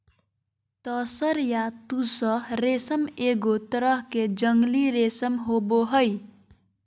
तसर या तुसह रेशम एगो तरह के जंगली रेशम होबो हइ